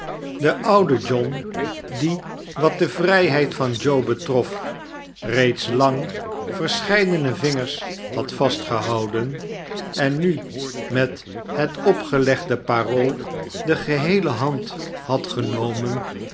de ou de john die wat de vrijheid van joe betrof reeds lang verscheidene vingers had vastgehouden en nu met het opgelegde parool de geheele hand had genomen